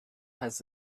has